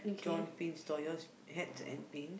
John Pin store yours hats and pins